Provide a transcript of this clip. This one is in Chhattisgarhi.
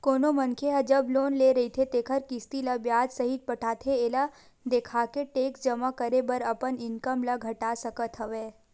कोनो मनखे ह जब लोन ले रहिथे तेखर किस्ती ल बियाज सहित पटाथे एला देखाके टेक्स जमा करे बर अपन इनकम ल घटा सकत हवय